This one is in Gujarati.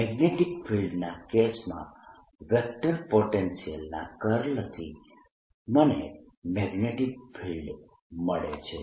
મેગ્નેટીક ફિલ્ડના કેસમાં વેક્ટર પોટેન્શિયલના કર્લથી મને મેગ્નેટીક ફિલ્ડ મળે છે